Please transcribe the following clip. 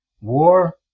War